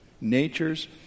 Nature's